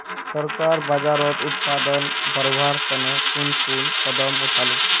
सरकार बाजरार उत्पादन बढ़वार तने कुन कुन कदम उठा ले